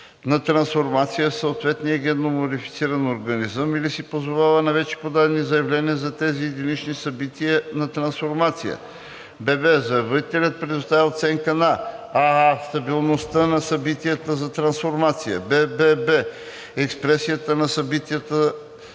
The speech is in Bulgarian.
на трансформация в съответния генно модифициран организъм или се позовава на вече подадени заявления за тези единични събития на трансформация; бб) заявителят предоставя оценка на: ааа) стабилността на събитията на трансформация; ббб) експресията на събитията